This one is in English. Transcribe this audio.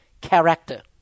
character